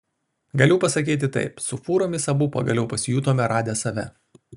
galiu pasakyti taip su fūromis abu pagaliau pasijutome radę save